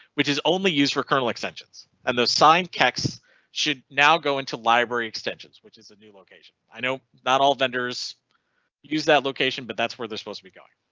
which is only used for kernel extensions and those signed kexts should now go into nto library extensions which. is a new location? i know not all vendors use that location. but that's where they're supposed to be going.